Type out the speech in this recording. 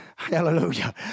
Hallelujah